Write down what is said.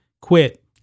quit